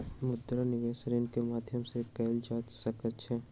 मुद्रा निवेश ऋण के माध्यम से कएल जा सकै छै